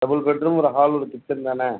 double bedroom ஒரு hall ஒரு kitchen தான